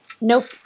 Nope